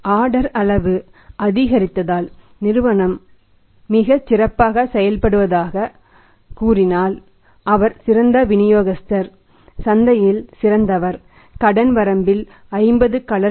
order அளவு அதிகரித்தால் ஒரு நிறுவனம் அவர் மிகச் சிறப்பாக செயல்படுவதாகக் கூறினால் சந்தை கடன் வரம்பில் 50 கலர் டி